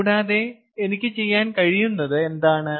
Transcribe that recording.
കൂടാതെ എനിക്ക് ചെയ്യാൻ കഴിയുന്നത് എന്താണ്